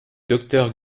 docteur